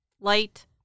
light